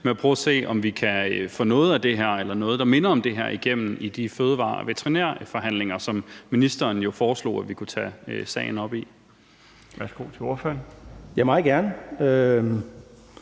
at prøve at se på, om vi kan få noget af det her eller noget, der minder om det her, igennem i de fødevare- og veterinærforhandlinger, som ministeren jo foreslog vi kunne tage sagen op i. Kl. 21:30 Den